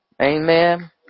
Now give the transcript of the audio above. Amen